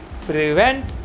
prevent